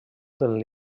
del